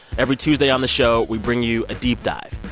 every tuesday on the show, we bring you a deep dive.